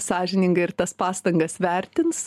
sąžiningai ir tas pastangas vertins